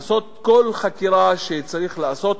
לעשות כל חקירה שצריך לעשות,